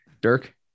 dirk